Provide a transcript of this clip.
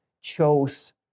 chose